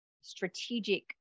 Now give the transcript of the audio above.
strategic